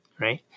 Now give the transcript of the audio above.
right